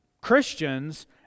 Christians